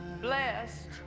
Blessed